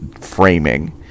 framing